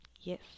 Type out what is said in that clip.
Yes